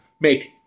Make